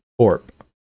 corp